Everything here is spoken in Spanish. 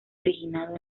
originado